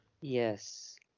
yes